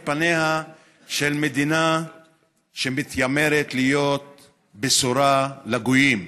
את פניה של מדינה שמתיימרת להיות בשורה לגויים,